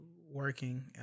working